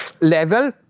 level